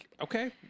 Okay